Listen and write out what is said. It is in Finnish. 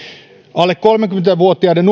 alle kolmekymmentä vuotiaiden